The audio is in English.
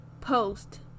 post